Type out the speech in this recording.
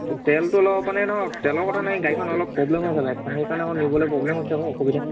তেলটো অলপ মানে নহয় তেলৰ কথা নাই গাড়ীখন অলপ প্ৰব্লেম হৈ আছে বাইকখন সেইকাৰণে অকণ নিবলৈ প্ৰব্লেম হৈছে আকৌ অসুবিধা